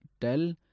Tell